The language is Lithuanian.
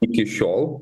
iki šiol